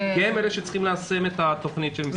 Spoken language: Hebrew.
כי הם אלה שצריכים ליישם את התוכנית של משרד הבריאות.